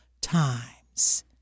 times